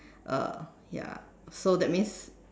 uh ya so that means